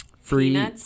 free